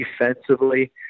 defensively